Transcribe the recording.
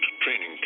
training